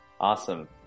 awesome